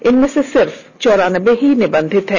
इनमें से सिर्फ चौरानबे ही निबंधित हैं